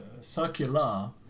circular